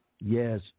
yes